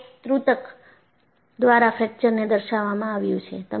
આ એક તુતક દ્વારા ફ્રેક્ચરને દર્શાવામાં આવ્યું છે